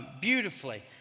beautifully